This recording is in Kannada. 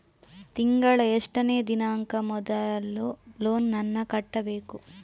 ತಿಂಗಳ ಎಷ್ಟನೇ ದಿನಾಂಕ ಮೊದಲು ಲೋನ್ ನನ್ನ ಕಟ್ಟಬೇಕು?